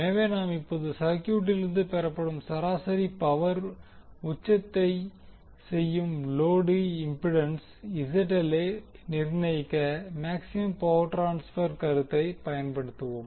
எனவே நாம் இப்போது சர்க்யூட்டிலிருந்து பெறப்படும் சராசரி பவர் உச்சத்தை செய்யும் லோடு இம்பிடன்ஸ் ZL ஐ நிர்ணியக்க மேக்ஸிமம் பவர் ட்ரான்ஸபெர் கருத்தை பயன்படுத்துவோம்